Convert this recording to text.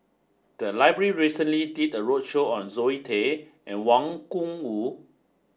the library recently did a roadshow on Zoe Tay and Wang Gungwu